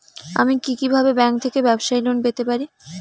আমি কি কিভাবে ব্যাংক থেকে ব্যবসায়ী লোন পেতে পারি?